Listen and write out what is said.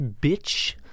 bitch